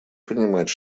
понимать